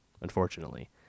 unfortunately